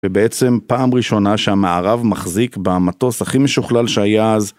ובעצם פעם ראשונה שהמערב מחזיק במטוס הכי משוכלל שהיה אז